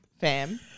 fam